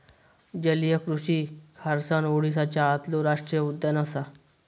जलीय कृषि खारसाण ओडीसाच्या आतलो राष्टीय उद्यान असा